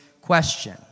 question